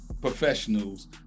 professionals